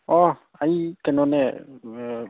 ꯑꯣ ꯑꯩ ꯀꯩꯅꯣꯅꯦ